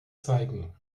zeigen